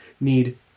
need